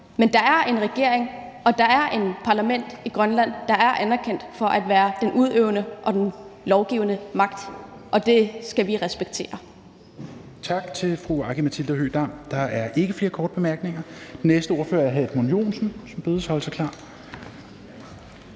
Men der er en regering, og der er et parlament i Grønland, der er anerkendt for at være en udøvende og lovgivende magt, og det skal vi respektere.